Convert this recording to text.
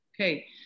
Okay